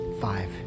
five